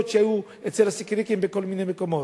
שהיו אצל הסיקריקים בכל מיני מקומות.